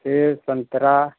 सेब संतरा